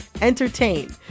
entertain